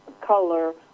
color